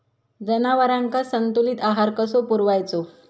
जनावरांका संतुलित आहार कसो पुरवायचो?